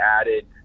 added